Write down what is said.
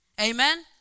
Amen